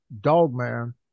Dogman